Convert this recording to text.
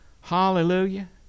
Hallelujah